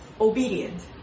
obedient